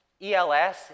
ELS